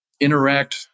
interact